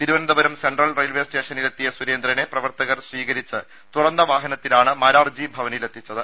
Thiruvananthapuram central railway സ്റ്റേഷനിലെത്തിയ സുരേന്ദ്രനെ പ്രവർത്ത കർ സ്വീകരിച്ച് തുറന്ന വാഹനത്തിലാണ് മാരാർജി ഭവനിലെത്തി ച്ചത്